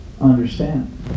understand